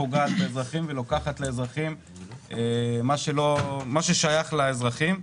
פוגעת באזרחים ולוקחת לאזרחים מה ששייך לאזרחים.